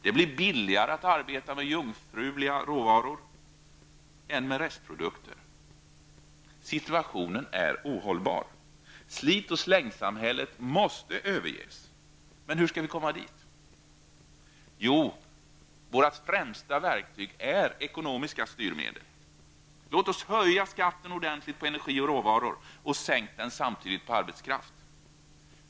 Det blir billigare att arbeta med jungfruliga råvaror än med restprodukter. Situationen är ohållbar. Slit och slängsamhället måste överges. Men hur skall vi komma dit? Jo, våra främsta verktyg är ekonomiska styrmedel. Låt oss höja skatten ordentligt på energi och råvaror och sänk den samtidigt på arbetskraft.